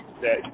today